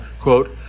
quote